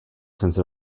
since